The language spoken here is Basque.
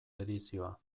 edizioa